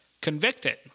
convicted